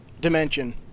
dimension